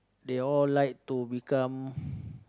they all like to become